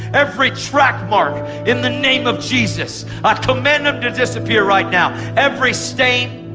every track mark in the name of jesus, i command them to disappear right now. every stain,